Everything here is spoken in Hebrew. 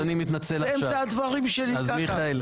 באמצע הדברים שלי, ככה.